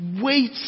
wait